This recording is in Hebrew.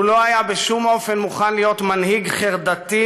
הוא לא היה בשום אופן מוכן להיות מנהיג חרדתי,